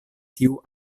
tiu